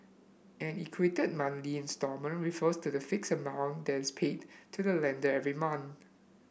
an equated monthly instalment refers to the fixed amount that is paid to the lender every month